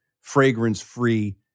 fragrance-free